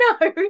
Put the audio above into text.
no